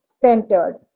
centered